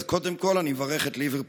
אז קודם כול אני מברך את ליברפול,